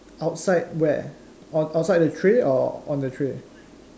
outside where out outside the tray or on the tray